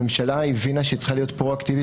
הממשלה הבינה שהיא צריכה להיות פרואקטיבית